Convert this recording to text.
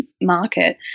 market